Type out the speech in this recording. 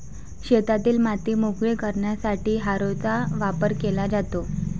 शेतातील माती मोकळी करण्यासाठी हॅरोचा वापर केला जातो